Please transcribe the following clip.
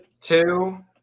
Two